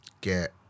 get